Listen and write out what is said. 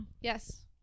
Yes